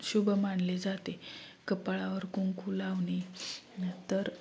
शुभ मानले जाते कपाळावर कुंकू लावणे तर